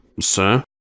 sir